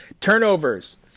Turnovers